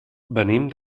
venim